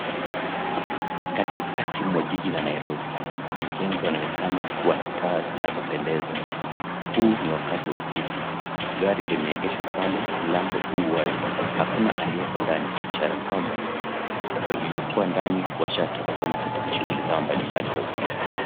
Katikati mwa jiji la Nairobi. Majengo yanaonekana kuwa na taa zinazopendeza. Huu ni wakati wa usiku. Gari limeegeshwa pale mlango u wazi. Hakuna aliyeko ndani, ishara kwamba waliokua ndani washaatoka kuenda katika shughuli zao mbalimbali za usiku.